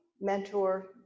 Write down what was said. mentor